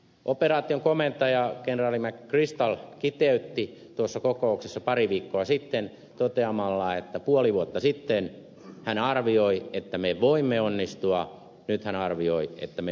operaation komentaja kenraali mcchrystal kiteytti tämän näkemyksen tuossa kokouksessa pari viikkoa sitten toteamalla että puoli vuotta sitten hän arvioi että me voimme onnistua nyt hän arvioi että me onnistumme